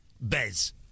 Bez